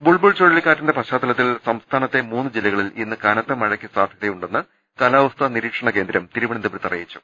ബുൾബുൾ ചുഴലിക്കാറ്റിന്റെ പശ്ചാത്തലത്തിൽ സംസ്ഥാ നത്തെ മൂന്ന് ജില്ലകളിൽ ഇന്ന് കനത്ത മഴയ്ക്ക് സാധ്യതയുണ്ടെന്ന് കാലാവസ്ഥാനിരീക്ഷണ കേന്ദ്രം തിരുവനന്തപുരത്ത് അറിയിച്ചു